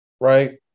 right